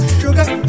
sugar